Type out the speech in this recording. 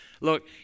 look